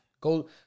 Go